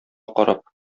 карап